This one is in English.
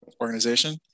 Organization